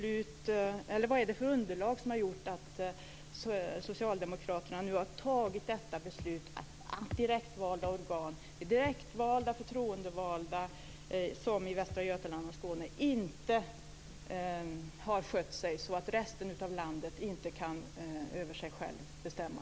Vad är det för underlag som har gjort att socialdemokraterna nu har tagit detta beslut att direktvalda förtroendevalda som i Västra Götaland och Skåne har skött sig så att resten av landet inte kan över sig själv bestämma?